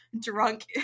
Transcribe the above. drunk